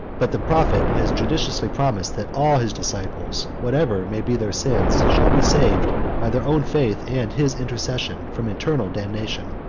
but the prophet has judiciously promised, that all his disciples, whatever may be their sins, shall be saved, by their own faith and his intercession from eternal damnation.